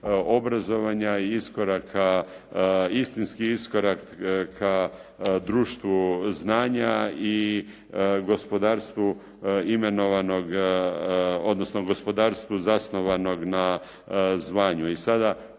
obrazovanja i iskoraka, istinski iskorak ka društvu znanja i gospodarstvu imenovanog odnosno gospodarstvu zasnovanog na zvanju